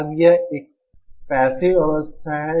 अब यह एक पैसिव अवस्था है